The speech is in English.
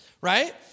right